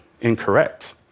incorrect